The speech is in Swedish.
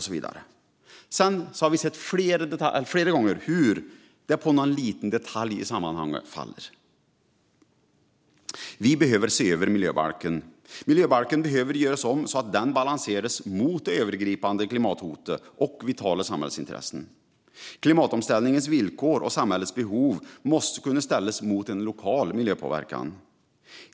Sedan har vi flera gånger sett hur det faller på någon liten detalj i sammanhanget. Vår miljöbalk behöver ses över. Miljöbalken behöver göras om så att den balanseras mot det övergripande klimathotet och vitala samhällsintressen. Klimatomställningens villkor och samhällets behov måste kunna ställas mot en lokal miljöpåverkan.